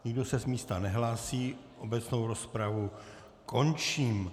Nikdo se z místa nehlásí, obecnou rozpravu končím.